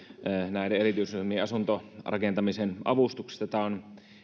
näiden erityisryhmien asuntorakentamisen avustuksesta tämä on